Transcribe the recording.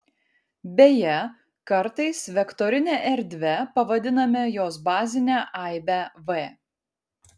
beje kartais vektorine erdve pavadiname jos bazinę aibę v